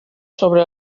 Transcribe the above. sobre